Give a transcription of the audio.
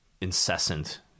incessant